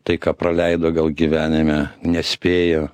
tai ką praleido gal gyvenime nespėjo